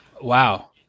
Wow